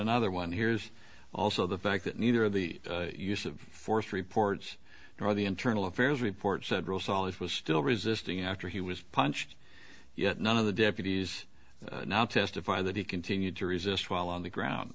another one hears also the fact that neither of the use of force reports or the internal affairs report said rosol it was still resisting after he was punched yet none of the deputies now testify that he continued to resist while on the ground